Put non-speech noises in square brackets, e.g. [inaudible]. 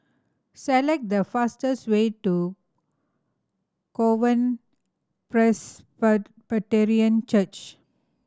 select the fastest way to [unintelligible] Presbyterian Church